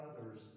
others